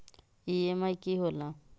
EMI की होला?